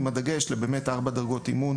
עם דגש על ארבע דרגות אימון,